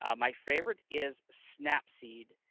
ah my favorite is snapseed,